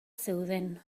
zeuden